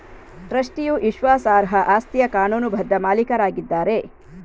ಟ್ರಸ್ಟಿಯು ವಿಶ್ವಾಸಾರ್ಹ ಆಸ್ತಿಯ ಕಾನೂನುಬದ್ಧ ಮಾಲೀಕರಾಗಿದ್ದಾರೆ